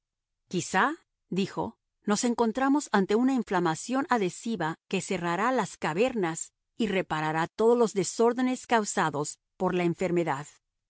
de esperanza quizá dijo nos encontramos ante una inflamación adhesiva que cerrará las cavernas y reparará todos los desórdenes causados por la enfermedad